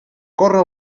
córrer